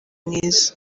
mwiza